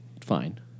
Fine